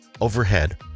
Overhead